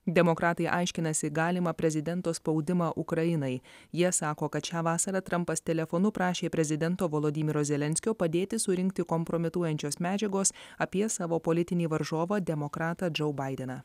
demokratai aiškinasi galimą prezidento spaudimą ukrainai jie sako kad šią vasarą trumpas telefonu prašė prezidento vladimiro zelenskio padėti surinkti kompromituojančios medžiagos apie savo politinį varžovą demokratą džou baideną